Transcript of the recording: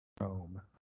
Rome